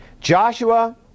Joshua